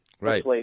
Right